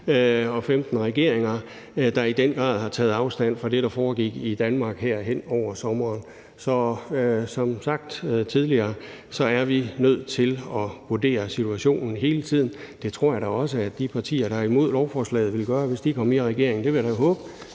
og 15 regeringer, der i den grad har taget afstand fra det, der foregik i Danmark her hen over sommeren. Så som sagt tidligere er vi nødt til at vurdere situationen hele tiden. Det tror jeg da også at de partier, der er imod lovforslaget, ville gøre, hvis de kom i regering. Det vil jeg da håbe.